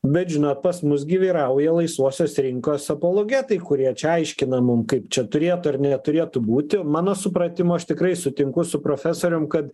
bet žinot pas mus gi vyrauja laisvosios rinkos apologetai kurie čia aiškina mums kaip čia turėtų ar neturėtų būti mano supratimu aš tikrai sutinku su profesoriumi kad